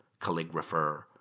calligrapher